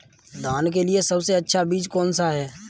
धान के लिए सबसे अच्छा बीज कौन सा है?